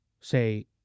say